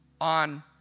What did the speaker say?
on